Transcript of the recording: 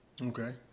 Okay